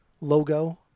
logo